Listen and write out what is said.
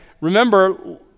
remember